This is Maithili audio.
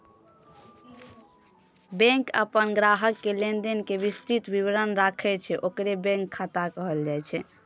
बैंक अपन ग्राहक के लेनदेन के विस्तृत विवरण राखै छै, ओकरे बैंक खाता कहल जाइ छै